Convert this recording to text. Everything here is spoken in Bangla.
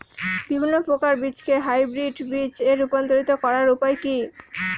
বিভিন্ন প্রকার বীজকে হাইব্রিড বীজ এ রূপান্তরিত করার উপায় কি?